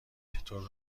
چطور